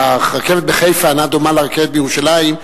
הרכבת בחיפה אינה דומה לרכבת בירושלים,